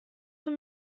für